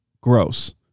gross